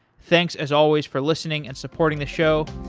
thanks as always for listening and supporting the show.